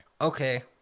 okay